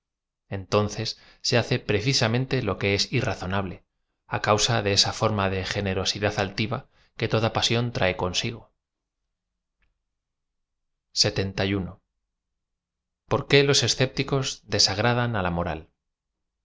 eatooces se hace precisamente lo que es irazooable á causa de esa form a de generosidad altiva que toda pasión trae consigo l or qué lo icéptico desagradan á la moral